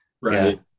right